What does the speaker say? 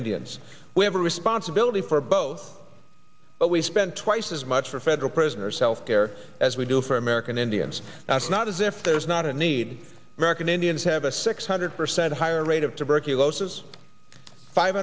indians we have a responsibility for both but we spend twice as much for federal prisoners health care as we do for american indians and it's not as if there's not a need american indians have a six hundred percent higher rate of tuberculosis five